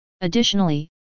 Additionally